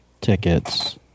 tickets